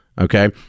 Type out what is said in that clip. Okay